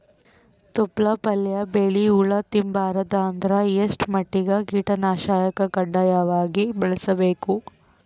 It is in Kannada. ತೊಪ್ಲ ಪಲ್ಯ ಬೆಳಿ ಹುಳ ತಿಂಬಾರದ ಅಂದ್ರ ಎಷ್ಟ ಮಟ್ಟಿಗ ಕೀಟನಾಶಕ ಕಡ್ಡಾಯವಾಗಿ ಬಳಸಬೇಕು?